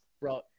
Bro